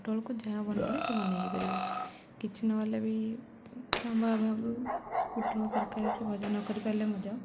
ପୋଟଳକୁ ଯାହା ବନେଇଲେ ସେ ବନେଇ ହେଇ ପାରିବ କିଛି ନ'ହେଲେ ବି ସମୟ ଅଭାବରୁ ପୋଟଳ ତରକାରୀ କିି ଭଜା ନକରି ପାରିଲେ ମଧ୍ୟ